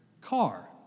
car